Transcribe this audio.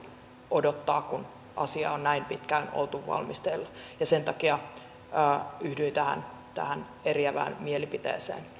odottaa kun asia on näin pitkään ollut valmisteilla sen takia yhdyin tähän eriävään mielipiteeseen